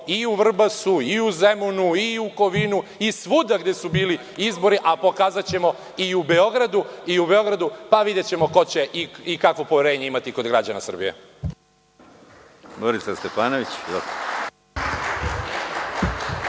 i u Vrbasu, i Zemunu, i Kovinu, i svuda gde su bili izbori, a pokazaćemo i u Beogradu, pa videćemo ko će i kakvo će poverenje imati kod građana Srbije.